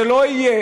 זה לא יהיה.